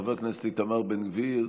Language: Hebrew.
חבר הכנסת איתמר בן גביר,